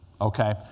okay